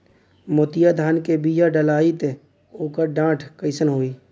मोतिया धान क बिया डलाईत ओकर डाठ कइसन होइ?